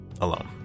alone